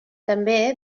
també